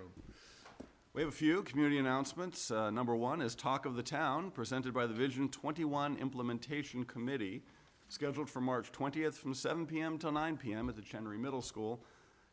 and we have a few community announcements number one is talk of the town presented by the vision twenty one implementation committee scheduled for march twentieth from seven pm to nine pm at the general middle school